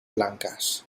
blancas